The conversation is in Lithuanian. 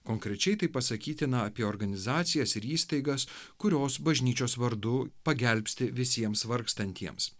konkrečiai tai pasakytina apie organizacijas ir įstaigas kurios bažnyčios vardu pagelbsti visiems vargstantiems